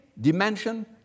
dimension